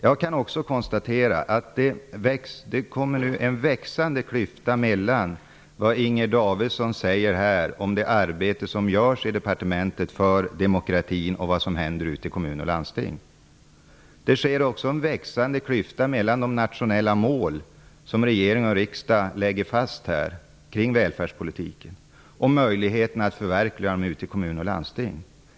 Jag kan också konstatera att klyftan vidgas mellan vad Inger Davidson säger om det arbete som görs i departementet för demokratin och vad som händer ute i kommuner och landsting. Klyftan vidgas också mellan de nationella mål som regering och riksdag lägger fast kring välfärdspolitiken och möjligheterna att förverkliga dem ute i kommuner och landsting.